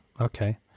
Okay